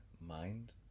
mind